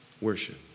worship